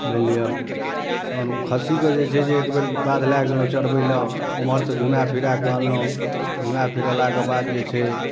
मानिलिअ तहन खस्सीके जे छै जे एकबेर बाध लए गेलहुँ चरबै लए उमहरसँ घुमा फिराकऽ अनलहुँ घुमा फिरेलाके बाद जे छै